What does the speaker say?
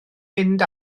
mynd